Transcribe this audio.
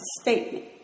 statement